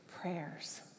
prayers